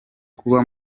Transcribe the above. kuba